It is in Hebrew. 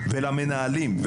למנהלים,